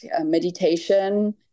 meditation